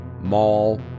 mall